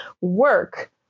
work